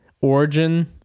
origin